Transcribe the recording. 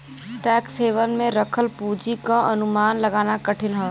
tax haven में रखल पूंजी क अनुमान लगाना कठिन हौ